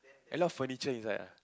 a lot furniture inside ah